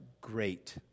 great